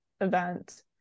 event